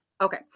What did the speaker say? Okay